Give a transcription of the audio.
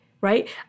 right